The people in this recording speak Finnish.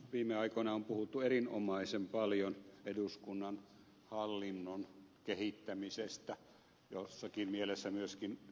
viime aikoina on puhuttu erinomaisen paljon eduskunnan hallinnon kehittämisestä jossakin mielessä myöskin uudistamisesta